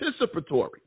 participatory